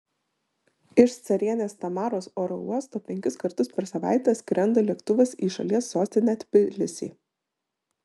iš carienės tamaros oro uosto penkis kartus per savaitę skrenda lėktuvas į šalies sostinę tbilisį